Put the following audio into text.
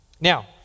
Now